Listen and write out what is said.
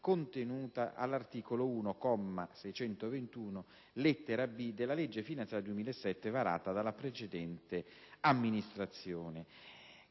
contenuta all'articolo 1, comma 621, lettera *b)*, della legge finanziaria 2007, varata dalla precedente amministrazione.